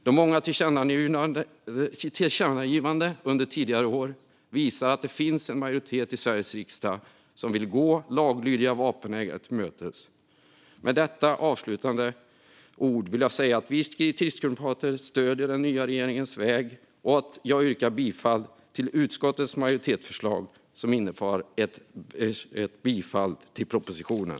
De många tillkännagivandena under tidigare år visar att det finns en majoritet i Sveriges riksdag som vill gå laglydiga vapenägare till mötes. Med dessa avslutande ord vill jag säga att vi kristdemokrater stöder den nya regeringens väg, och jag yrkar bifall till utskottets majoritetsförslag, som innebär ett bifall till propositionen.